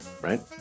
right